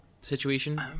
situation